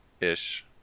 ish